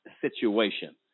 situation